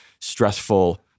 stressful